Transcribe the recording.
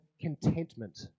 contentment